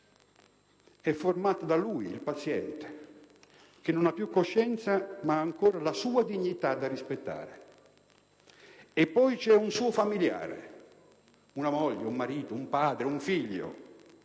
comunità: c'è il paziente stesso, che non ha più coscienza ma ancora la sua dignità da rispettare, e poi c'è un suo familiare (una moglie, un marito, un padre o un figlio)